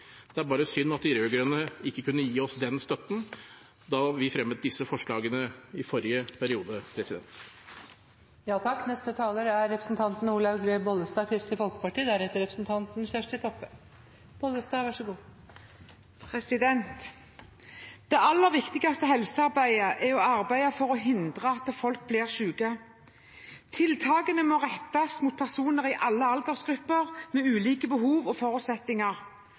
Det er bare synd at de rød-grønne ikke kunne gi oss den støtten da vi fremmet disse forslagene i forrige periode. Det aller viktigste helsearbeidet er arbeidet for å hindre at folk blir syke. Tiltakene må rettes mot personer i alle aldersgrupper med ulike behov og forutsetninger.